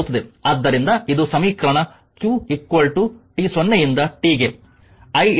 ಆದ್ದರಿಂದ ಇದು ಸಮೀಕರಣ q t0 ಯಿಂದ tಗೆ idt ಆಗಿದೆ ಇದು ಸಮೀಕರಣ 1